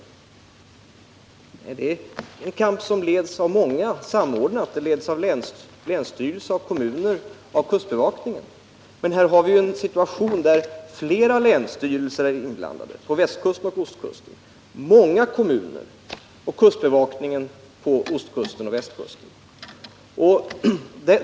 Nej, det är en kamp för vilken ledningen är samordnad mellan många: länsstyrelsen, kommuner och kustbevakningen, men i denna kamp är länsstyrelser på ostkusten och västkusten, kustbevakningen på både ostkusten och västkusten samt många kommuner inblandade.